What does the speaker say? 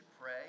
pray